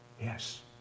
Yes